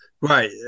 Right